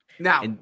Now